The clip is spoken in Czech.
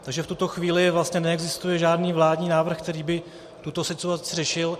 Takže v tuto chvíli vlastně neexistuje žádný vládní návrh, který by tuto situaci řešil.